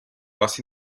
hace